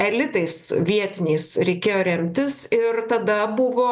elitais vietiniais reikėjo remtis ir tada buvo